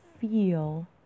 feel